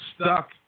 stuck